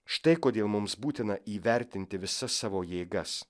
štai kodėl mums būtina įvertinti visas savo jėgas